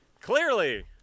Clearly